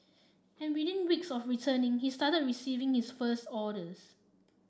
and within weeks of returning he started receiving his first orders